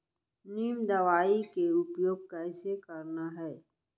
नीम दवई के उपयोग कइसे करना है?